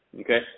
okay